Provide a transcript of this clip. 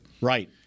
Right